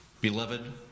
beloved